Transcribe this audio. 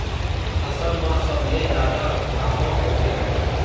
फसल मा सबले जादा कामा होथे?